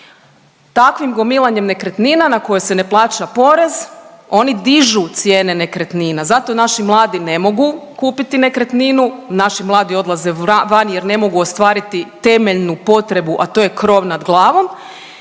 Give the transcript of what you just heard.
Takvim gomilanjem nekretnina na koje se ne plaća porez oni diži cijene nekretnina. Zato naši mladi ne mogu kupiti nekretninu, naši mladi odlaze van jer ne mogu ostvariti temeljnu potrebu, a to je krov nad glavom